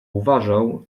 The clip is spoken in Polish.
uważał